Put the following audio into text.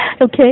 okay